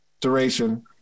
Duration